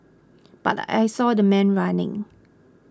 but I saw the man running